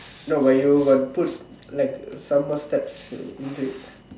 no but you got put like some more steps into it